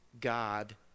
God